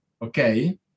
Okay